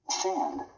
Sand